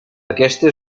aquesta